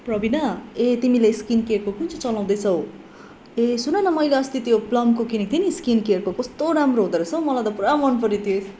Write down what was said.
प्रवीणा ए तिमीले स्किन केयरको कुन चाहिँ चलाउँदैछौ ए सुनन मैले अस्ति त्यो प्लमको किनेको थिएँ नि स्किन केयरको कस्तो राम्रो हुँदो रहेछ मलाई त पुरा मन पऱ्यो त्यो